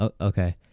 Okay